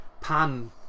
pan